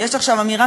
יש עכשיו אמירה,